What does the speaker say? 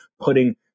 putting